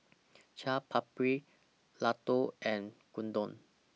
Chaat Papri Ladoo and Gyudon